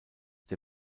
der